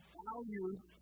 values